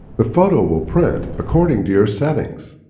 the photo will print according to your settings.